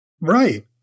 Right